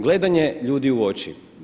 Gledanje ljudi u oči.